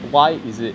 why is it